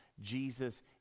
jesus